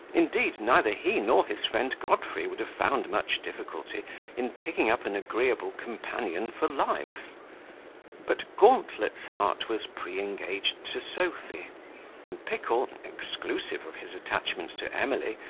indeed, neither he nor his friend godfrey would have found much difficulty in picking up an agreeable companion for life but gauntlet's heart was pre-engaged to sophy and pickle, exclusive of his attachment to emily,